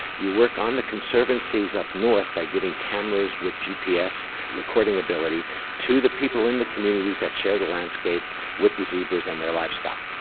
you work on the conservancies up north by giving cameras with gps recording ability to the people in the communities that share the landscape with the zebras and their livestock.